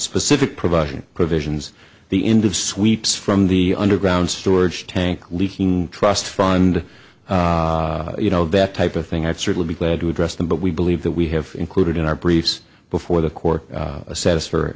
specific providing provisions the end of sweeps from the underground storage tank leaking trust fund you know that type of thing i'd certainly be glad to address them but we believe that we have included in our briefs before the court assess